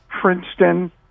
Princeton